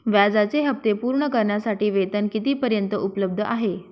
व्याजाचे हप्ते पूर्ण करण्यासाठी वेतन किती पर्यंत उपलब्ध आहे?